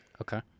Okay